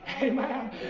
Amen